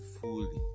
fully